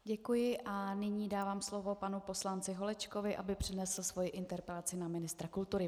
Děkuji a nyní dávám slovo panu poslanci Holečkovi, aby přednesl svoji interpelaci na ministra kultury.